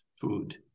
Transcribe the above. food